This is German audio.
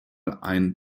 ein